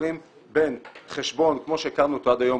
הדברים בין חשבון כמו שהכרנו אותו עד היום,